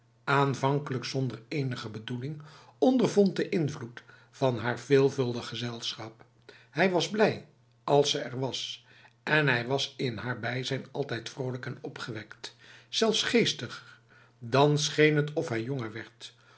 aanvankelijk zonder enige bedoeling ondervond de invloed van haar veelvuldig gezelschap hij was blij als ze er was en hij was in haar bijzijn altijd vrolijk en opgewekt zelfs geestig dan scheen het of hij jonger werd